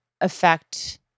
affect